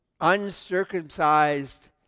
uncircumcised